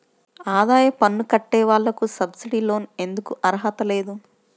ఆదాయ పన్ను కట్టే వాళ్లకు సబ్సిడీ లోన్ ఎందుకు అర్హత లేదు?